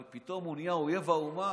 אבל פתאום הוא נהיה אויב האומה,